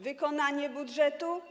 Wykonanie budżetu?